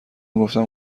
میگفتم